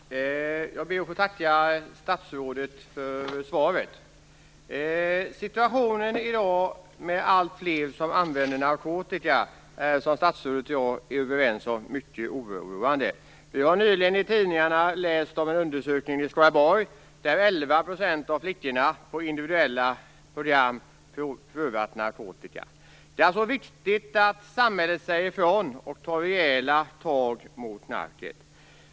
Fru talman! Jag ber att få tacka statsrådet för svaret. Situationen i dag med alltfler som använder narkotika är, detta är statsrådet och jag överens om, mycket oroande. Nyligen har det i tidningarna stått om en undersökning i Skaraborg. 11 % av flickorna på individuella program där har prövat narkotika. Det är viktigt att samhället säger ifrån och tar rejäla tag mot knarket.